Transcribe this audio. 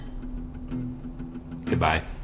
Goodbye